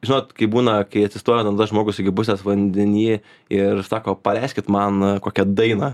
žinot kaip būna kai atsistoj žmogus iki pusės vandeny ir sako paleiskit man kokią dainą